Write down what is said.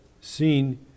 seen